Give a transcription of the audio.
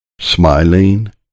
smiling